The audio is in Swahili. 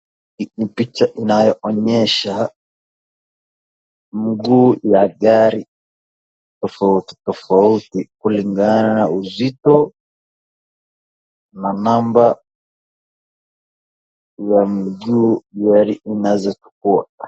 Hii ni picha inayoonyesha mguu ya gari tofautitofauti kulingana na uzito na namna ya miguu inayochukua.